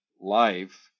life